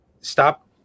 stop